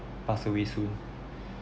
pass away soon